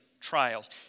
trials